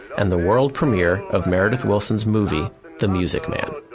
and the world premiere of meredith willson's movie the music man.